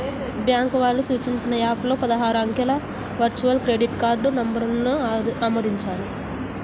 bank వాళ్ళు సూచించిన app లో పదహారు అంకెల వర్చువల్ క్రెడిట్ కార్డ్ నంబర్ను ఆమోదించాలి